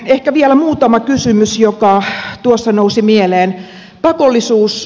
ehkä vielä muutama kysymys jotka tuossa nousivat mieleen